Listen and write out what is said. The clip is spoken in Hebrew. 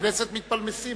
בכנסת מתפלמסים.